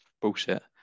bullshit